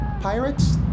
pirates